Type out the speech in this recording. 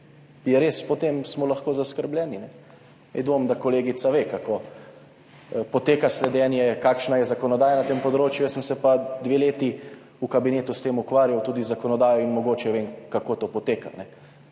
res, potem smo lahko zaskrbljeni. Dvomim, da kolegica ve, kako poteka sledenje, kakšna je zakonodaja na tem področju, jaz sem se pa dve leti v kabinetu ukvarjal s tem, tudi z zakonodajo, in mogoče vem, kako to poteka.